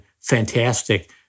fantastic